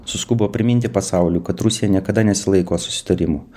suskubo priminti pasauliui kad rusija niekada nesilaiko susitarimų